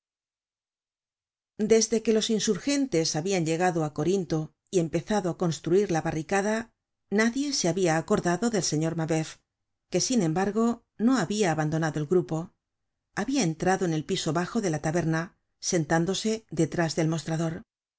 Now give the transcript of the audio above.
desde que los insurgentes habian llegado á corinto y empezado á construir la barricada nadie se habia acordado del señor mabeuf que sin embargo no habia abandonado el grupo habia entrado en el piso bajo de la taberna sentándose detrás del mostrador